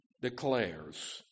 declares